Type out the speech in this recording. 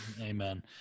Amen